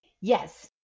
Yes